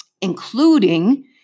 Including